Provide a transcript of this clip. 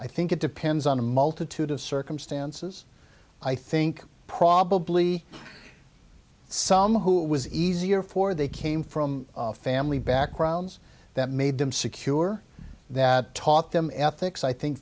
i think it depends on a multitude of circumstances i think probably some who it was easier for they came from family backgrounds that made them secure that taught them ethics i think